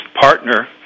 partner